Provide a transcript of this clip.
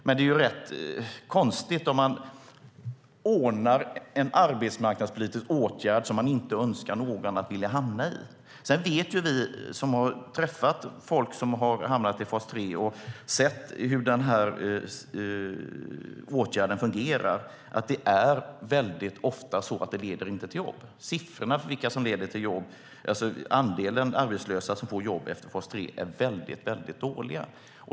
Men det är rätt konstigt om man ordnar en arbetsmarknadspolitisk åtgärd som man inte önskar någon att hamna i. Vi som har träffat människor som har hamnat i fas 3 och sett hur åtgärden fungerar vet att det väldigt ofta inte leder till jobb. Siffrorna för andelen arbetslösa som får jobb efter fas 3 är väldigt dåliga.